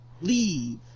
leave